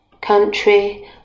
country